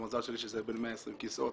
המזל שלי שזה בין 120 כיסאות,